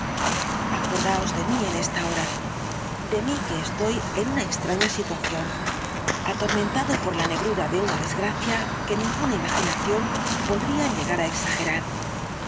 acordaos de mí en esta hora de mí que estoy en una extraña situación atormentado por la negrura de una desgracia que ninguna imaginación podría llegar á exagerar